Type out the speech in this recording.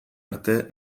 arte